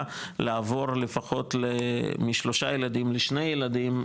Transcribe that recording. - לעבור לפחות משלושה ילדים לשני ילדים,